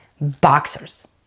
boxers